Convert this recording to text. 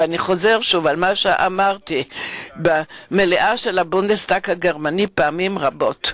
ואני חוזר על מה שאמרתי במליאה של הבונדסטאג הגרמני פעמים רבות: